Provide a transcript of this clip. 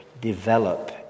develop